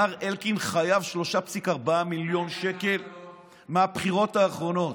מר אלקין חייב 3.4 מיליון שקל מהבחירות האחרונות.